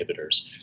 inhibitors